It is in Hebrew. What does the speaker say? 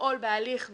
לפעול בהליך מקוצר,